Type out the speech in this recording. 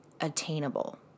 attainable